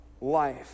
life